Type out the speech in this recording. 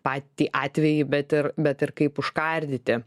patį atvejį bet ir bet ir kaip užkardyti